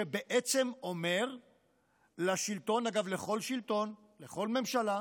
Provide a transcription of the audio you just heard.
שאומר שלשלטון, אגב, לכל שלטון, לכל ממשלה,